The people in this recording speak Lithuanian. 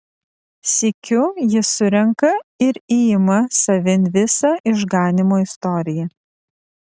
sykiu jis surenka ir įima savin visą išganymo istoriją